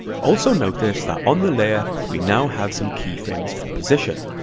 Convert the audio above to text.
also notice that on the layer, we now have some keyframes for position.